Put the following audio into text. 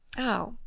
oh,